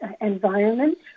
environment